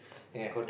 ya